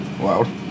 Wow